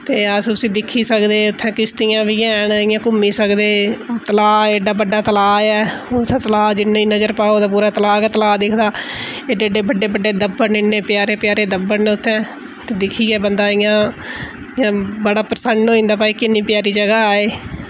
ते अस उस्सी दिक्खी सकदे उत्थै किश्तियां बी हैन इ'यां घुम्मी सकदे तलाऽ एड्डा बड्डा तलाऽ ऐ उत्थै तलाऽ जिन्नी नजर पाओ ते पूरा तलाऽ गै तलाऽ दिखदा एड्डे एड्डे बड्डे बड्डे दब्बड़ न इन्ने प्यारे प्यारे दब्बड़ न उत्थै ते दिक्खियै बंदा इ'यां बड़ा प्रसन्न होई जंदा भाई किन्नी प्यारी जगह् ऐ